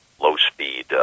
low-speed